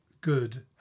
good